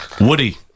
Woody